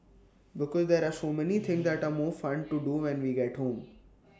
because there're so many things that are more fun to do when we get home